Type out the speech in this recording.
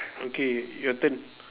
okay your turn